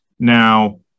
Now